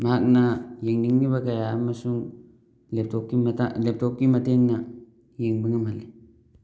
ꯃꯍꯥꯛꯅ ꯌꯦꯡꯅꯤꯡꯉꯤꯕ ꯀꯌꯥ ꯑꯃꯁꯨ ꯂꯦꯞꯇꯣꯞꯀꯤ ꯃꯇꯥꯡ ꯂꯣꯞꯇꯣꯞꯀꯤ ꯃꯇꯦꯡꯅ ꯌꯦꯡꯕ ꯉꯝꯍꯜꯂꯤ